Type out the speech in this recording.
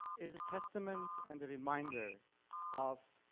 is a testament and a reminder of